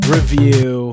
Review